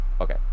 okay